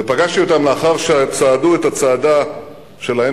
ופגשתי אותם לאחר שצעדו את הצעדה שלהם